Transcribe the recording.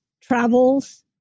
Travels